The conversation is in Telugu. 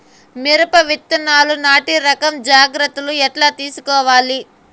మిరప విత్తనాలు నాటి రకం జాగ్రత్తలు ఎట్లా తీసుకోవాలి?